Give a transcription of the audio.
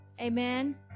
Amen